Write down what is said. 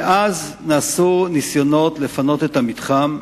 מאז נעשו ניסיונות לפנות את המתחם,